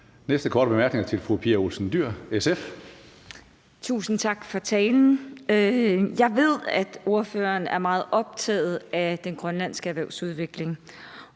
Olsen Dyhr, SF. Kl. 22:26 Pia Olsen Dyhr (SF): Tusind tak for talen. Jeg ved, at ordføreren er meget optaget af den grønlandske erhvervsudvikling,